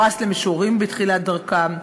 פרס למשוררים בתחילת דרכם.